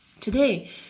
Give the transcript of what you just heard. today